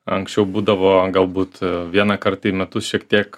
anksčiau būdavo galbūt vieną kartą į metus šiek tiek